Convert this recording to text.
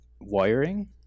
wiring